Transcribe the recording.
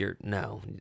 no